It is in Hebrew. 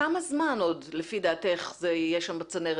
כמה זמן עוד לפי דעתך זה יהיה שם בצנרת